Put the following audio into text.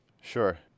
Sure